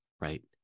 right